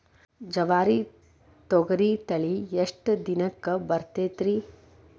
ಜವಾರಿ ತೊಗರಿ ತಳಿ ಎಷ್ಟ ದಿನಕ್ಕ ಬರತೈತ್ರಿ?